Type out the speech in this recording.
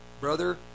Brother